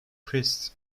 priest